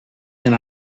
and